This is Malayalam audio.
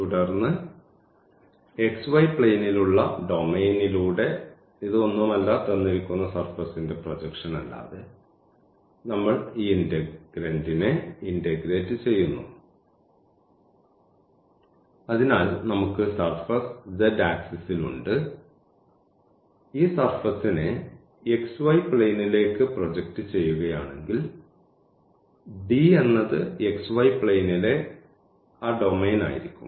തുടർന്ന് xy പ്ലെയിനിലുള്ള ഡൊമെയ്നിലൂടെ ഇത് ഒന്നുമല്ല തന്നിരിക്കുന്ന സർഫസ്ൻറെ പ്രൊജക്ഷൻ അല്ലാതെ നമ്മൾ ഈ ഇന്റഗ്രന്റിനെ ഇന്റഗ്രേറ്റ് ചെയ്യുന്നു അതിനാൽ നമുക്ക് സർഫസ് z ആക്സിസിൽ ഉണ്ട് ഈ സർഫസ്നെ xy പ്ലെയിനിലേക്ക് പ്രൊജക്റ്റ് ചെയ്യുകയാണെങ്കിൽ D എന്നത് xy പ്ലെയിനിലെ ആ ഡൊമെയ്ൻ ആയിരിക്കും